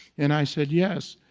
and i said, yes.